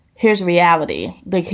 here's reality that,